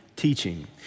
teaching